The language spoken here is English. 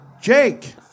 Jake